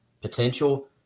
potential